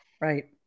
right